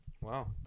Wow